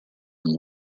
and